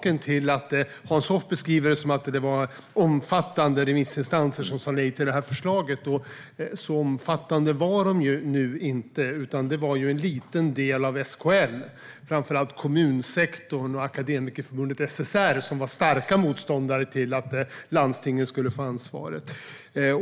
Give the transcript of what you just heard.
Enligt Hans Hoffs beskrivning sa ett omfattande antal remissinstanser nej till förslaget, men jag vet att antalet inte var så omfattande. Endast en liten del av SKL, framför allt kommunsektorn, och Akademikerförbundet SSR var starka motståndare till att landstingen skulle få ansvaret.